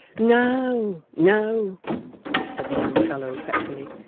no, no said the young fellow fretfully,